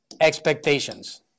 expectations